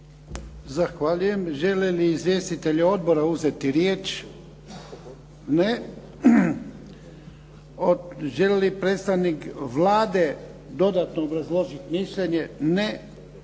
Zahvaljujem. Žele li izvjestitelji odbora uzeti riječ? Ne. Želi li predstavnik Vlade dodatno obrazložiti mišljenje? Ne.